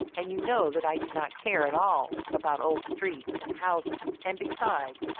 and you know that i do not care at all about old streets and houses, and besides,